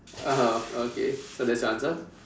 (uh huh) okay so that's your answer